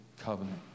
covenant